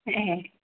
ए